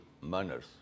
manners